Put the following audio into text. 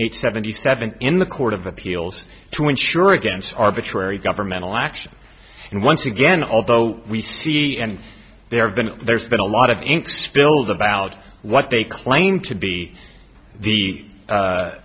eight seventy seven in the court of appeals to insure against arbitrary governmental action and once again although we see and there have been there's been a lot of ink spilled about what they claim to be the